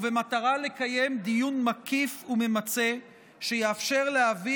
ובמטרה לקיים דיון מקיף וממצה שיאפשר להביא